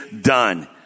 done